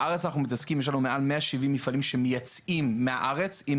בארץ יש לנו מעל 170 מפעלים שמייצאים מהארץ עם